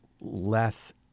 less